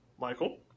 Michael